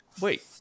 wait